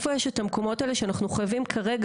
איפה יש את המקומות האלה שאנחנו חייבים כרגע